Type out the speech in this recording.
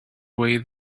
way